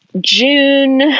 June